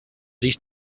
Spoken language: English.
these